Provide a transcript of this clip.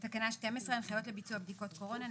הנחיות לביצוע בדיקות קורונה.